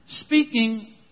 speaking